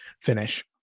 finish